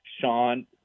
Sean